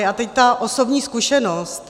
A teď ta osobní zkušenost.